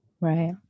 Right